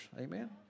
Amen